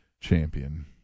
champion